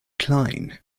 klein